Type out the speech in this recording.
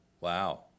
wow